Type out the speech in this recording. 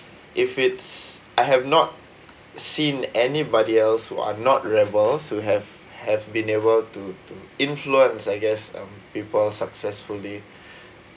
if it's I have not seen anybody else who are not rebels who have have been able to to influence I guess um people successfully